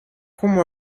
como